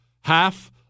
Half